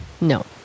No